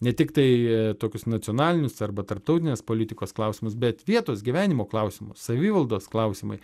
ne tiktai tokius nacionalinius arba tarptautinės politikos klausimus bet vietos gyvenimo klausimus savivaldos klausimai